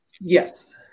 Yes